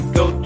go